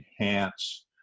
enhance